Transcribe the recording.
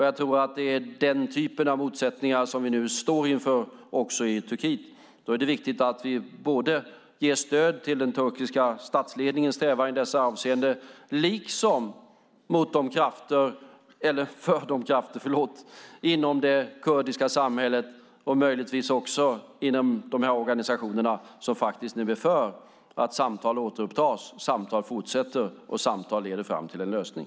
Jag tror att det är denna typ av motsättningar som vi nu står inför också i Turkiet. Då är det viktigt att vi ger stöd till den turkiska stadsledningens strävan i dessa avseenden. Vi ska också stödja de krafter inom det kurdiska samhället, och möjligtvis också inom dessa organisationer, som faktiskt nu är för att samtal återupptas, samtal fortsätter och samtal leder fram till en lösning.